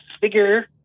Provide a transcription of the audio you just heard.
figure